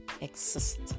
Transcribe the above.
exist